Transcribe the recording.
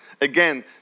Again